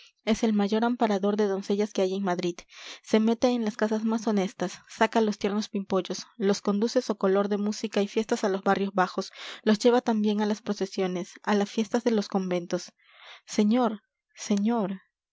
es el mayor amparador de doncellas que hay en madrid se mete en las casas más honestas saca los tiernos pimpollos los conduce socolor de música y fiestas a los barrios bajos los lleva también a las procesiones a las fiestas de los conventos señor señor